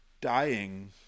dying